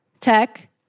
tech